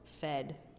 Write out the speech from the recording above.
fed